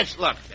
Look